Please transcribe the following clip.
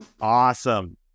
Awesome